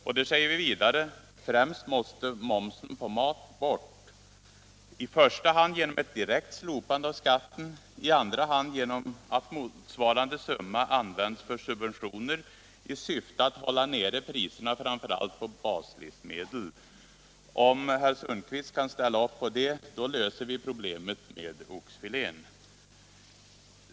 Vi säger vidare i motionen att främst momsen på mat måste bort, i första hand genom ett direkt slopande av skatten och i andra hand genom att motsvarande summa används för subventioner i syfte att hålla nere priserna, framför allt på baslivsmedel. Om herr Sundkvist kan ställa upp på det, då löser vi problemet med oxfilén.